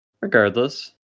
Regardless